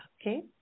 Okay